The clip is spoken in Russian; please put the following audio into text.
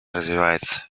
развивается